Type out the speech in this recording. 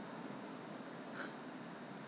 it's quite it's quite worth it know 我觉得不会很贵 leh